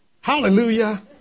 Hallelujah